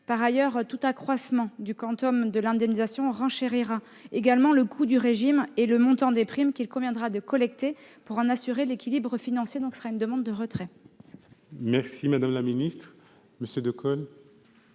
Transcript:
Par ailleurs, tout accroissement du de l'indemnisation renchérira également le coût du régime et le montant des primes qu'il conviendra de collecter pour en assurer l'équilibre financier. Nous demandons le retrait de cet amendement. Monsieur Decool,